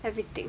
everything